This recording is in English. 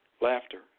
laughter